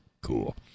cool